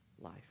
life